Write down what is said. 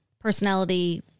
personality